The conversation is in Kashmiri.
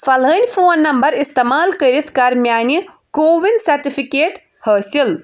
فلٔانۍ فون نمبر استعمال کٔرِتھ کر میانہِ کو وِن سرٹِفکیٹ حٲصِل